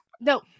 No